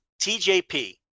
TJP